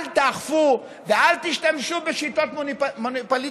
אל תאכפו ואל תשתמשו במניפולציות